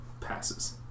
passes